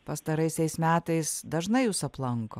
pastaraisiais metais dažnai jus aplanko